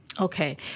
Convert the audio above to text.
Okay